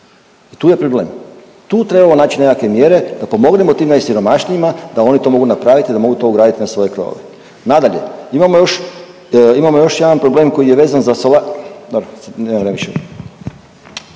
i tu je problem. Tu trebamo naći nekakve mjere da pomognemo tim najsiromašnijima da oni to mogu napraviti, da mogu to ugraditi na svoje krovove. Nadalje, imamo još jedan problem koji je vezan za